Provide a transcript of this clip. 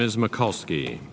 ms mccall ski